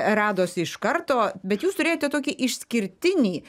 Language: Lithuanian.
radosi iš karto bet jūs turėjote tokį išskirtinį